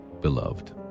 Beloved